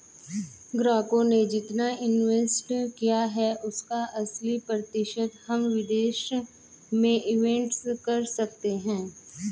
ग्राहकों ने जितना इंवेस्ट किया है उसका अस्सी प्रतिशत हम विदेश में इंवेस्ट कर सकते हैं